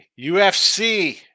UFC